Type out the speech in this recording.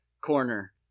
corner